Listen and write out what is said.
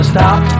Stop